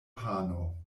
pano